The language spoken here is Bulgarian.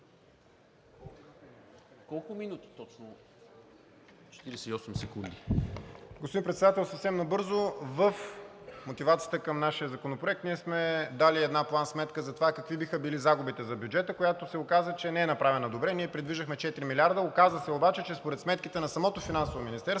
КОСТАДИНОВ (ВЪЗРАЖДАНЕ): Господин Председател, съвсем набързо. В мотивацията към нашия Законопроект ние сме дали една план-сметка за това какви биха били загубите за бюджета, която се оказа, че не е направена добре. Ние предвиждахме четири милиарда, оказа се обаче, че според сметките на самото Финансово министерство